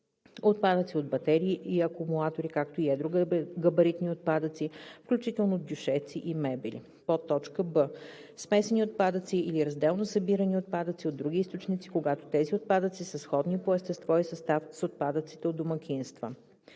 отпадъци от батерии и акумулатори, както и едрогабаритни отпадъци, включително дюшеци и мебели; б) смесени отпадъци или разделно събирани отпадъци от други източници, когато тези отпадъци са сходни по естество и състав с отпадъците от домакинства.